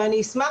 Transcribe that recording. ואני אשמח,